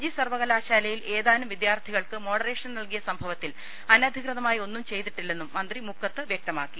G സർവ്വകലാശാലയിൽ ഏതാനും വിദ്യാർത്ഥികൾക്ക് മോഡറേഷൻ നൽകിയ സംഭവത്തിൽ അനധികൃതമായി ഒന്നും ചെയ്തിട്ടില്ലെന്നും മന്ത്രി മുക്കത്ത് വ്യക്തമാക്കി